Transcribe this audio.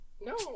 No